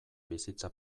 bizitza